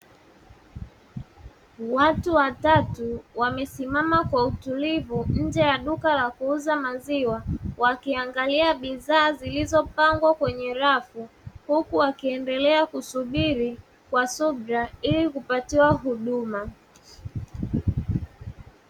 Watu watatu wamesimama kwa utulivu nje ya duka la kuuza maziwa wakiangalia bidhaa zilizopangwa kwenye rafu, huku wakiendelea kusubiri kwa subira ili kupatiwa huduma.